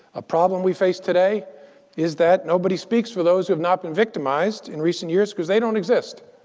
a problem we face today is that nobody speaks for those who have not been victimized in recent years because they don't exist.